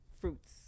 fruits